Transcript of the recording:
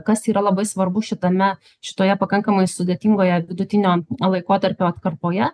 kas yra labai svarbu šitame šitoje pakankamai sudėtingoje vidutinio laikotarpio atkarpoje